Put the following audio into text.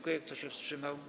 Kto się wstrzymał?